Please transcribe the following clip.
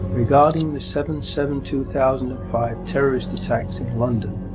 regarding the seven seven two thousand and five terrorist attacks in london,